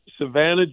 Savannah